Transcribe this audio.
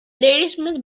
ladysmith